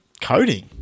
coding